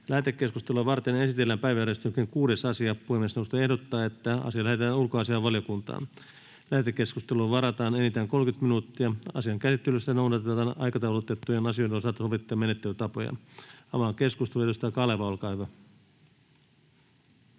Lähetekeskustelua varten esitellään päiväjärjestyksen 6. asia. Puhemiesneuvosto ehdottaa, että asia lähetetään ulkoasiainvaliokuntaan Lähetekeskusteluun varataan enintään 30 minuuttia. Asian käsittelyssä noudatetaan aikataulutettujen asioiden osalta sovittuja menettelytapoja. — Avaan keskustelun. Edustaja Kaleva, olkaa hyvä.